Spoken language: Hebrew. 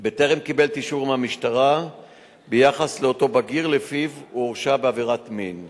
בטרם קיבל את האישור מהמשטרה ביחס לאותו בגיר שלפיו הורשע בעבירת מין.